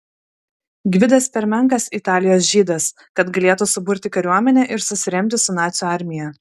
gvidas per menkas italijos žydas kad galėtų suburti kariuomenę ir susiremti su nacių armija